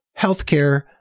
healthcare